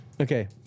Okay